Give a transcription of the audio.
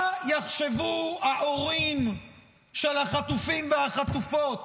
מה יחשבו ההורים של החטופים והחטופות